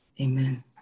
Amen